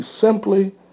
simply